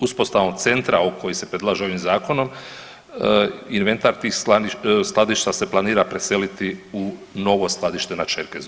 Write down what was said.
Uspostavom centra koji se predlaže ovim zakonom inventar tih skladišta se planira preseliti u novo skladište na Čerkezovcu.